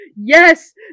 yes